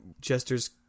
Jester's